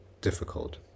difficult